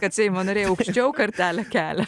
kad seimo nariai aukščiau kartelę kelia